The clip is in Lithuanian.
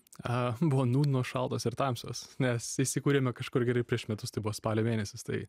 a buvo nu nu šaltos ir tamsios nes įsikūrėme kažkur gerai prieš metus tai buvo spalio mėnesis tai